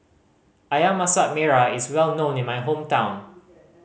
Ayam Masak Merah is well known in my hometown